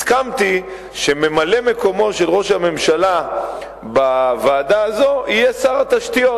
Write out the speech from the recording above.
הסכמתי שממלא-מקומו של ראש הממשלה בוועדה הזאת יהיה שר התשתיות.